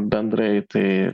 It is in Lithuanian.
bendrai tai